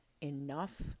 enough